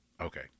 Okay